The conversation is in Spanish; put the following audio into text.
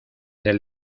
del